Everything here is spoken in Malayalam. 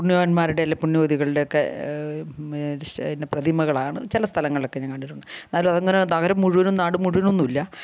പുണ്യവാന്മാരുടെ അല്ല പുണ്യവതികളുടെയൊക്കെ പ്രതിമകളാണ് ചില സ്ഥലങ്ങളിലൊക്കെ ഞാൻ കണ്ടിട്ടുണ്ട് എന്നാലും അതങ്ങനെ നഗരം മുഴുവനും നാട് മുഴുവനും ഒന്നുമില്ല